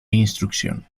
instrucción